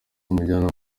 umujyanama